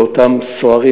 לאותם סוהרים,